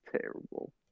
terrible